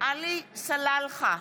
עלי סלאלחה,